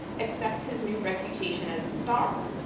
accepts his new reputation as a star,